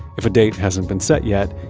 if a date hasn't been set yet,